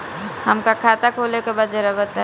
हमका खाता खोले के बा जरा बताई?